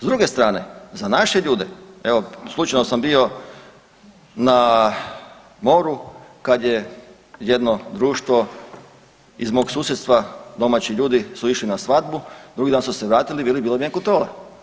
S druge strane, za naše ljude, evo, slučajno sam bio na moru kad je jedno društvo iz mog susjedstva, domaći ljudi su išli na svadbu, drugi dan su se vratili, veli, bila im je kontrola.